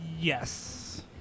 yes